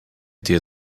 dir